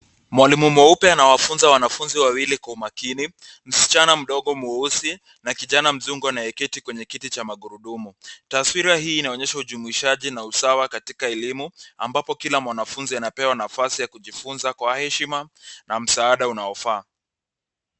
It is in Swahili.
Mwalimu mweupe anawafunza wanafunzi wawili kwa umakini, msichana mdogo mweusi na kijana mzungu anayeketi kwenye kiti cha magurudumu. Taswira hii inaonyesha ujumuishaji na na usawa katika elimu, ambapo kila mwanafunzi anapewa nafasi ya kujifunza kwa heshima na msaada unaofaa.